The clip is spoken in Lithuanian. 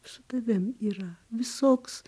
su tavim yra visoks